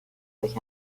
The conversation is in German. durch